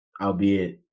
albeit